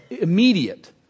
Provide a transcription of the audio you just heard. immediate